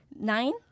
Nine